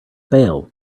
bail